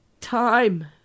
time